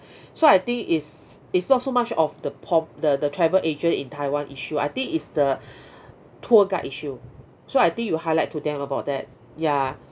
so I think is is not so much of the po~ the the travel agent in taiwan issue I think is the tour guide issue so I think you highlight to them about that ya